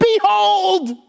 behold